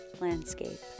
landscape